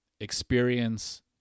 experience